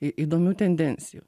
i įdomių tendencijų